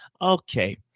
Okay